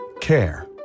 Care